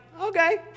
okay